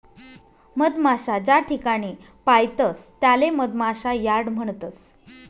मधमाशा ज्याठिकाणे पायतस त्याले मधमाशा यार्ड म्हणतस